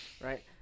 right